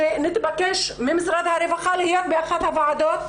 שנבקש ממשרד הרווחה להיות באחת הוועדות,